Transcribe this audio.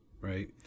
right